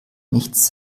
nichts